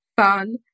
fun